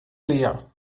leer